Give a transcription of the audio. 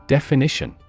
Definition